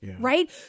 Right